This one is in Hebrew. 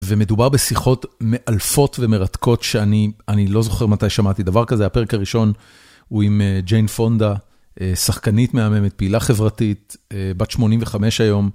ומדובר בשיחות מאלפות ומרתקות שאני, אני לא זוכר מתי שמעתי דבר כזה. הפרק הראשון הוא עם ג'יין פונדה, שחקנית מהממת, פעילה חברתית, בת 85 היום.